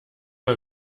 mal